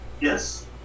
Yes